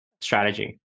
strategy